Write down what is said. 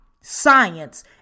science